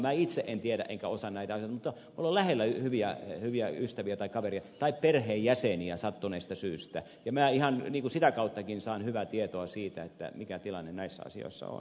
minä itse en tiedä enkä osaa näitä asioita mutta minulla on lähellä hyviä ystäviä tai kavereita tai perheenjäseniä sattuneesta syystä ja minä ihan sitä kauttakin saan hyvää tietoa siitä mikä tilanne näissä asioissa on